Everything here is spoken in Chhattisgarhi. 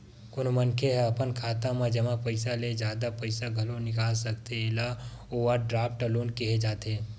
कोनो मनखे ह अपन खाता म जमा पइसा ले जादा पइसा घलो निकाल सकथे एला ओवरड्राफ्ट लोन केहे जाथे